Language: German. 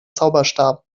zauberstab